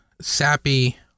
sappy